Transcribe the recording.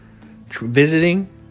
visiting